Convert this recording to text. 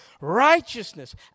righteousness